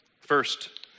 First